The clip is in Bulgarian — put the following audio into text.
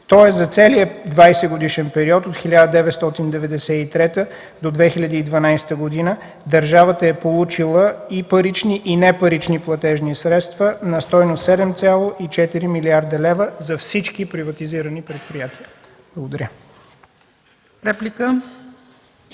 Тоест за целия 20-годишен период от 1993 до 2012 г. държавата е получила и парични, и непарични платежни средства на стойност 7,4 млрд. лв. за всички приватизирани предприятия. Благодаря.